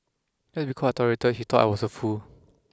just because I tolerated he thought I was a fool